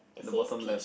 at the bottom left